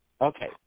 Okay